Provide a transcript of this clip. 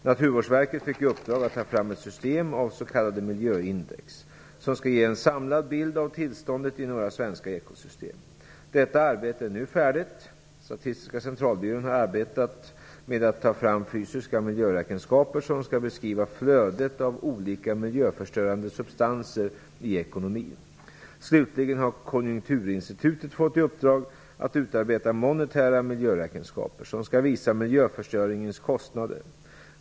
Naturvårdsverket fick i uppdrag att ta fram ett system av s.k. miljöindex, som skall ge en samlad bild av tillståndet i några svenska ekosystem. Detta arbete är nu färdigt. Statistiska centralbyrån arbetar med att ta fram fysiska miljöräkenskaper, som skall beskriva flödet av olika miljöförstörande substanser i ekonomin. Slutligen har Konjunkturinstitutet fått i uppdrag att utarbeta monetära miljöräkenskaper, som skall visa miljöförstöringens kostnader.